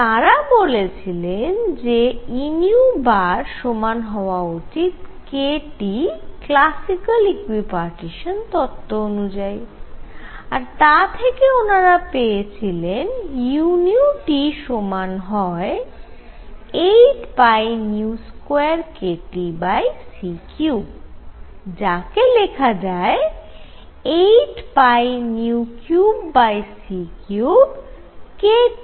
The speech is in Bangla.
তারা বলেছিলেন যে E সমান হওয়া উচিত k T ক্লাসিকাল ইকুইপার্টিশান তত্ত্ব অনুযায়ী আর তা থেকে ওনারা পেয়েছিলেন যে u সমান হয় 8π2kTc3 যাকে লেখা যায় 8π3c3